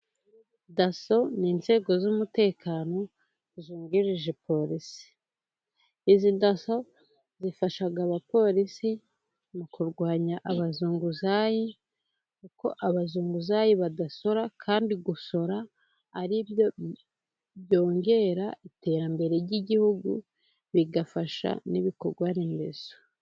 Daso ni inzego z'umutekano zungirije polisi, izi daso zifasha abapolisi mu kurwanya abazunguzayi kuko abazunguzayi badasora kandi gusora ari byo byongera iterambere ry'igihugu bigafasha n'ibikorwa remezo.